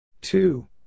Two